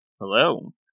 Hello